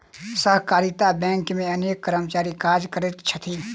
सहकारिता बैंक मे अनेक कर्मचारी काज करैत छथि